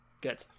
good